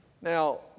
Now